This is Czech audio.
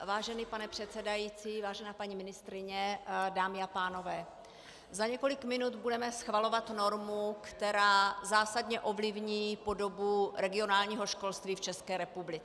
Vážený pane předsedající, vážená paní ministryně, dámy a pánové, za několik minut budeme schvalovat normu, která zásadně ovlivní podobu regionálního školství v České republice.